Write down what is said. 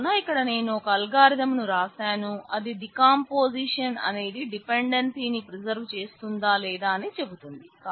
కావున ఇక్కడ నేను ఒక అల్గారిథం ను రాసాను అది డీకంపోజిషన్ అనేది డిపెండెన్సీ ని ప్రిసర్వ్ చేస్తుందా లేదా అని చెబుతుంది